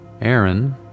Aaron